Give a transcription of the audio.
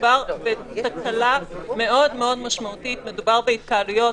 מדובר בתקלה מאוד משמעותית, בהתקהלויות.